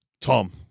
Tom